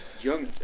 Young